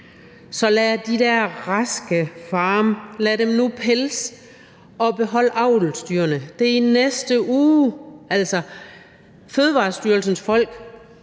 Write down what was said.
Så lad nu de der raske farme pelse dyrene og beholde avlsdyrene – det er i næste uge. Altså, Fødevarestyrelsens folk